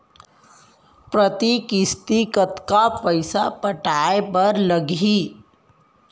प्रति किस्ती कतका पइसा पटाये बर लागही?